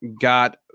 got